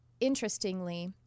interestingly